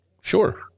Sure